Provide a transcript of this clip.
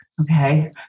Okay